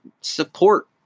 support